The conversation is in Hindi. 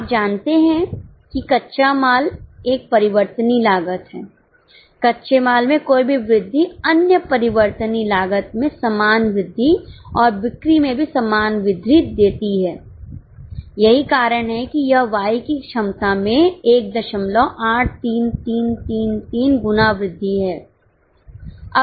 आप जानते हैं कि कच्चा माल एक परिवर्तनीय लागत है कच्चे माल में कोई भी वृद्धि अन्य परिवर्तनीय लागत में समान वृद्धि और बिक्री में भी समान वृद्धि देती है यही कारण है कि यह Y की क्षमता में 183333 गुना वृद्धि है